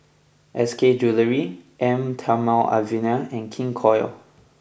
S K Jewellery Eau Thermale Avene and King Koil